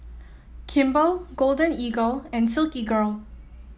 Kimball Golden Eagle and Silkygirl